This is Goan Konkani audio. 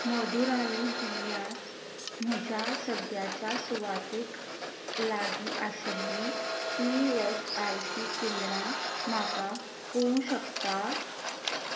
मदुराई जिल्ल्यांत म्हज्या सद्याच्या सुवातेक लागीं आशिल्लीं ई एस आय सी केंद्रां म्हाका कळूं शकतां